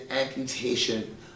amputation